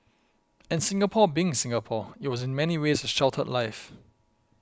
and Singapore being Singapore it was in many ways a sheltered life